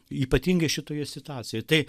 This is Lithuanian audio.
ypatingai šitoje situacijoje tai